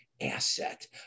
asset